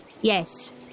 Yes